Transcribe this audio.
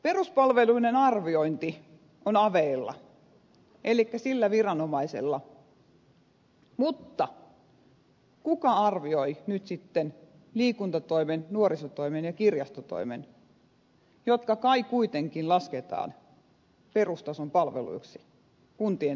peruspalveluiden arviointi on aveilla elikkä sillä viranomaisella mutta kuka arvioi nyt sitten liikuntatoimen nuorisotoimen ja kirjastotoimen jotka kai kuitenkin lasketaan perustason palveluiksi kuntien tuottamina